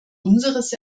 unseres